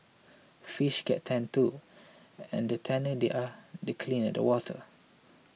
fish get tanned too and the tanner they are the cleaner the water